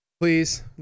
please